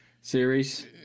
series